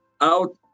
out